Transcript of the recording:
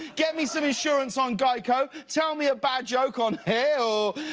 get me some insurance on geico. tell me a bad joke on hey-o!